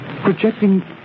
projecting